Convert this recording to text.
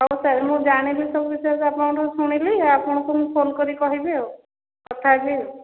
ହଉ ସାର୍ ମୁଁ ଜାଣିଲି ସବୁ ବିଷୟରେ ଆପଣଙ୍କଠୁ ଶୁଣିଲି ଆପଣଙ୍କୁ ମୁଁ ଫୋନ କରିକି କହିବି ଆଉ କଥା ହେବି ଆଉ